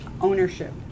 ownership